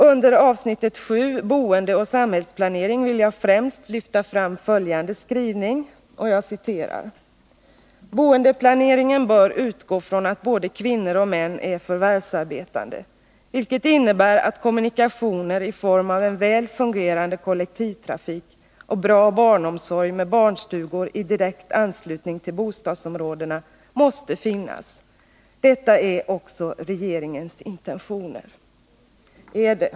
Från avsnitt 7 Boendeoch samhällsplanering vill jag främst lyfta fram följande skrivning: ”Boendeplaneringen bör utgå från att både kvinnor och män är förvärvsarbetande vilket innebär att kommunikationer i form av en väl fungerande kollektivtrafik och bra barnomsorg med barnstugor i direkt anslutning till bostadsområdena måste finnas. Detta är också regeringens intentioner.” Är det?